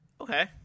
Okay